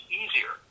easier